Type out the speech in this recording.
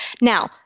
now